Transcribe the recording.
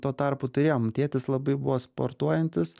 tuo tarpu turėjom tėtis labai buvo sportuojantis